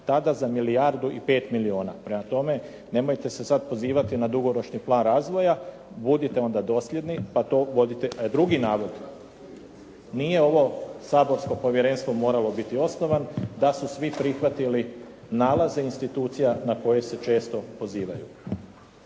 tada za milijardu i 5 milijuna. Prema tome, nemojte se sada pozivati na dugoročni plan razvoja, budite onda dosljedni pa to …/Govornik se ne razumije./… drugi navod. Nije ovo saborsko povjerenstvo moralo biti osnovan da su svi prihvatili nalaze institucija ne koje se četo pozivaju.